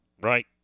right